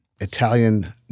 Italian